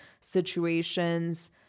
situations